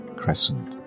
crescent